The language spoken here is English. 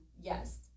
Yes